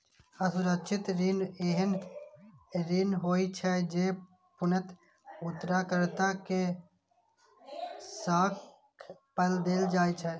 असुरक्षित ऋण एहन ऋण होइ छै, जे पूर्णतः उधारकर्ता के साख पर देल जाइ छै